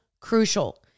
crucial